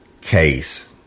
case